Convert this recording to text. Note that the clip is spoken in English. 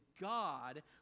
God